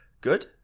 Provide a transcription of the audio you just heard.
good